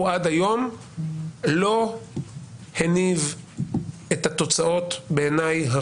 עד היום לא הניב את התוצאות הרצויות בעיניי.